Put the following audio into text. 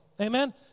Amen